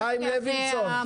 לוינסון,